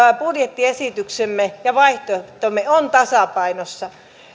budjettiesityksemme ja vaihtoehtomme on tasapainossa